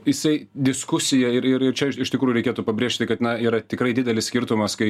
jisai diskusija ir ir ir čia iš tikrųjų reikėtų pabrėžti kad na yra tikrai didelis skirtumas kai